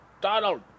Donald